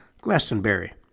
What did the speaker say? Glastonbury